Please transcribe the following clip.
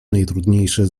najtrudniejsze